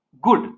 good